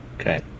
Okay